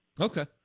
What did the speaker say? Okay